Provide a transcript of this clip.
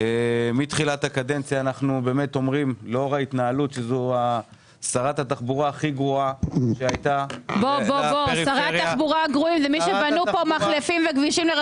אתה אומר שזה חלק מאיגום משאבים של מספר